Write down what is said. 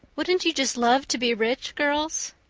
wouldn't you just love to be rich, girls?